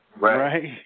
Right